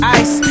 ice